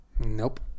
nope